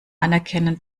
anerkennen